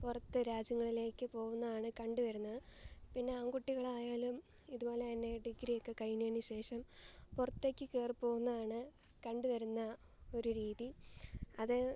പുറത്തു രാജ്യങ്ങളിലേക്കു പോകുന്നതാണ് കണ്ടുവരുന്നത് പിന്നെ ആൺകുട്ടികളായാലും ഇതുപോലെതന്നെ ഡിഗ്രിയൊക്കെ കഴിഞ്ഞതിനുശേഷം പുറത്തേക്കു കയറിപോകുന്നതാണ് കണ്ടുവരുന്ന ഒരു രീതി അത്